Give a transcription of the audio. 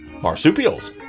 marsupials